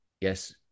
Yes